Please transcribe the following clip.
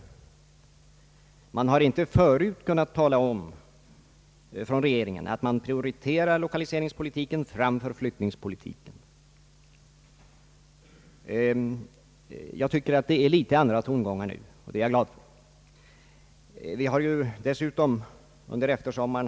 Regeringen har tidigare inte sagt någontng om att den vill prioritera lokaliseringspolitiken — framför — flyttningspolitiken. Jag tycker att det är litet andra tongångar nu, och det noterar jag med tillfredsställelse.